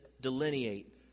delineate